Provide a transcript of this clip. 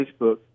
Facebook